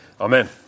Amen